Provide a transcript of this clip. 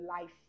life